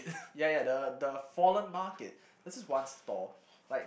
ya ya the the fallen market there was this one stall like